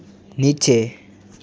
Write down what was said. નીચે